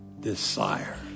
desire